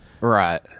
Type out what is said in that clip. Right